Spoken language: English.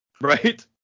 Right